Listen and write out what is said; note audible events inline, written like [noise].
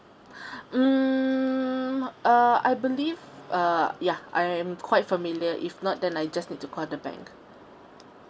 [breath] mm uh I believe uh ya I I'm quite familiar if not then I just need to call the bank